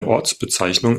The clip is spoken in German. ortsbezeichnung